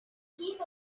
heap